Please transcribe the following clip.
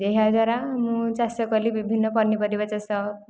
ଏହାଦ୍ୱାରା ମୁଁ ଚାଷ କଲି ବିଭିନ୍ନ ପନିପରିବା ଚାଷ